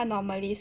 normally